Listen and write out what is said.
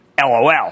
LOL